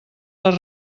les